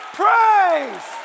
praise